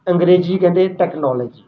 ਅੰਗਰੇਜ਼ੀ 'ਚ ਕਹਿੰਦੇ ਟਕਨਾਲੋਜੀ